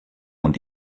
und